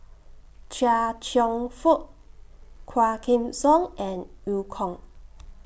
Chia Cheong Fook Quah Kim Song and EU Kong